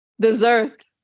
dessert